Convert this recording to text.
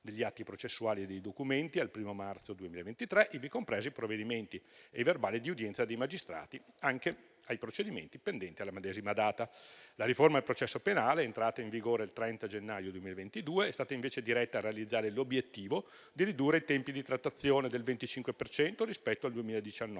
degli atti processuali e dei documenti al 1° marzo 2023, ivi compresi i provvedimenti e i verbali di udienza dei magistrati anche ai procedimenti pendenti alla medesima data. La riforma del processo penale, entrata in vigore il 30 gennaio 2022, è stata invece diretta a realizzare l'obiettivo di ridurre i tempi di trattazione del 25 per cento rispetto al 2019,